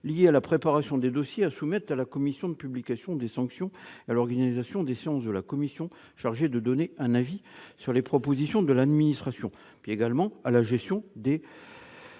part] à la préparation des dossiers à soumettre à la commission de publication des sanctions et à l'organisation des séances de la commission chargée de donner un avis sur les propositions de l'administration ; [d'autre part ] à la gestion des